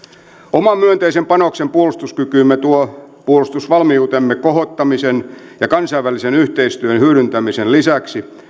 oman myönteisen panoksen puolustuskykyymme tuo puolustusvalmiutemme kohottamisen ja kansainvälisen yhteistyön hyödyntämisen lisäksi